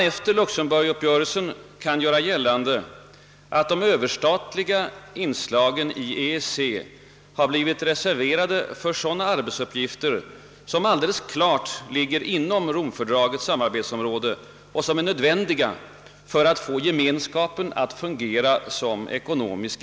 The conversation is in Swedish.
Efter Luxemburguppgörelsen tror jag man kan göra gällande att de överstatliga inslagen i EEC har blivit reserverade för sådana arbetsuppgifter som alldeles klart ligger inom Romfördragets samarbetsområde och som är nödvändiga för att få Gemenskapen att fungera.